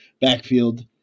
backfield